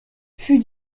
fut